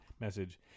message